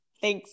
Thanks